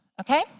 okay